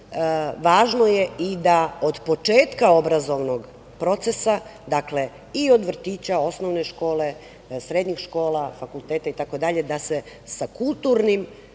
važno je i da od početka obrazovnog procesa, dakle, i od vrtića, osnovne škole, srednjih škola, fakulteta itd, da se sa kulturnim